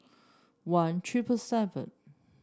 one trip seven